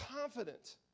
confident